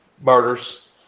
murders